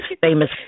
famous